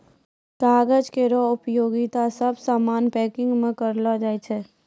कागज केरो उपयोगिता सब सामान पैकिंग म करलो जाय छै